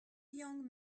young